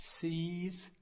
sees